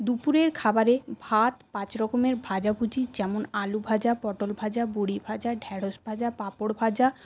দুপুরের খাবারে ভাত পাঁচ রকমের ভাজাভুজি যেমন আলু ভাজা পটল ভাজা বড়ি ভাজা ঢ্যাঁড়স ভাজা পাঁপড় ভাজা